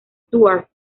stuart